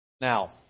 Now